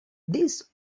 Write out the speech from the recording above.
this